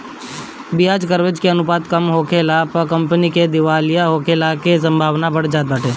बियाज कवरेज अनुपात कम होखला पअ कंपनी के दिवालिया होखला के संभावना बढ़ जात बाटे